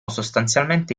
sostanzialmente